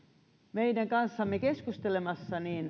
meidän kanssamme keskustelemassa